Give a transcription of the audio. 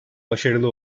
başarılı